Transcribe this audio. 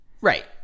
right